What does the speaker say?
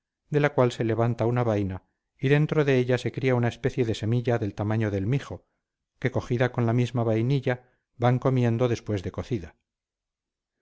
de la cual se levanta una vaina y dentro de ella se cría una especie de semilla del tamaño del mijo que cogida con la misma vainilla van comiendo después de cocida